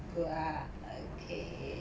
good ah okay